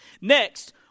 Next